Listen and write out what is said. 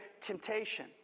temptation